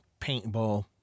paintball